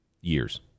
years